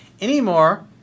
anymore